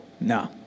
No